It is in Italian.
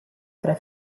tre